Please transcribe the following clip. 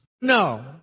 No